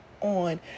on